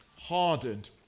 hardened